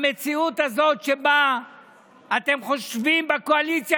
המציאות הזאת שבה אתם חושבים בקואליציה